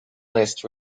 list